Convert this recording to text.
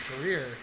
career